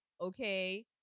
okay